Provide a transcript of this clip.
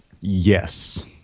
Yes